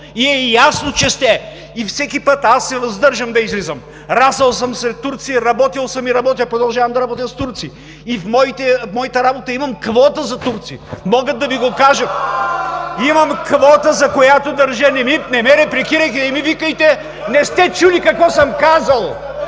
и е ясно, че сте. Всеки път аз се въздържам да излизам, расъл съм сред турци, работил съм и работя, продължавам да работя с турци. И в моята работа имам квота за турци. (Силен шум и реплики от ДПС.) Могат да Ви го кажат. Имам квота, за която държа. Не ме репликирайте, не ми викайте! Не сте чули какво съм казал.